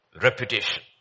Reputation